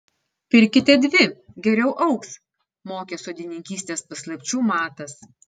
pirkite dvi geriau augs mokė sodininkystės paslapčių matas